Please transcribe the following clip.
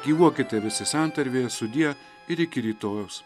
gyvuokite visi santarvėje sudie ir iki rytojaus